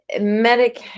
medic